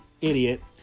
idiot